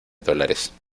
dólares